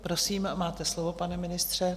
Prosím, máte slovo, pane ministře.